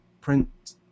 print